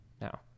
now